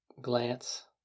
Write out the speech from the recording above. glance